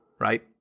right